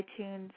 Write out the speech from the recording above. iTunes